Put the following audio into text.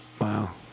Wow